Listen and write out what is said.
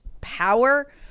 power